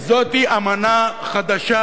כי זאת היא אמנה חדשה